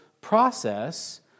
process